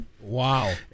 Wow